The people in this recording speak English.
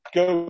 go